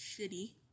shitty